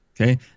Okay